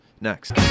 next